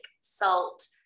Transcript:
salt